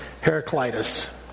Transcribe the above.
Heraclitus